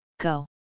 Go